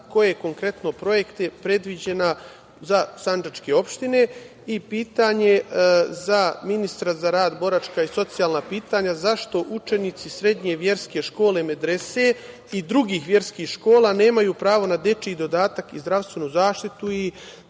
turizma konkretno za projekte Sandžačke opštine? Pitanje za ministra za rad, boračka i socijalna pitanja - zašto učenici srednje verske škole medrese i drugih verskih škola nemaju pravo na dečiji dodatak i zdravstvenu zaštitu i